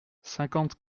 cinquante